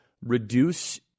reduce